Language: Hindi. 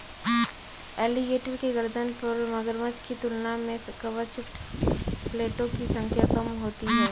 एलीगेटर के गर्दन पर मगरमच्छ की तुलना में कवच प्लेटो की संख्या कम होती है